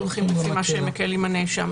הולכים לפי מה שמקל עם הנאשם.